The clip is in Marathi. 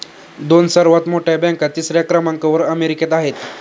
दोन सर्वात मोठ्या बँका तिसऱ्या क्रमांकावर अमेरिकेत आहेत